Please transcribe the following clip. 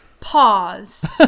pause